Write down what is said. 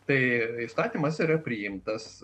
tai įstatymas yra priimtas